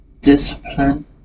discipline